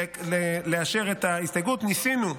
לאשר את ההסתייגות, ניסינו,